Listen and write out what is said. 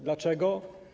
Dlaczego?